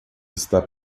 está